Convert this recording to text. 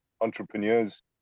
entrepreneurs